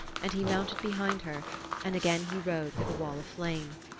and he mounted behind her and again he rode through the wall of flame.